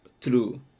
true